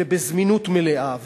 ובזמינות מלאה,